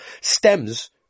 stems